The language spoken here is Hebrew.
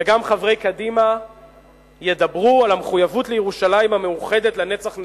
וגם חברי קדימה ידברו על המחויבות לירושלים המאוחדת לנצח נצחים,